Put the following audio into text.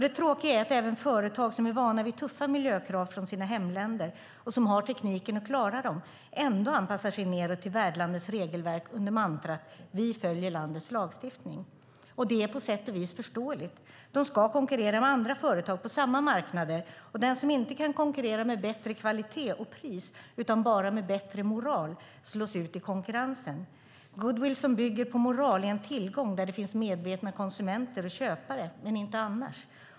Det tråkiga är att även företag som är vana vid tuffa miljökrav från sina hemländer och som har tekniken att klara dem ändå anpassar sig nedåt till värdlandets regelverk under mantrat: Vi följer landets lagstiftning. Det är på sätt och vis förståeligt. De ska konkurrera med andra företag på samma marknader, och den som inte kan konkurrera med bättre kvalitet och pris utan bara med bättre moral slås ut i konkurrensen. Goodwill som bygger på moral är en tillgång där det finns medvetna konsumenter och köpare men inte annars.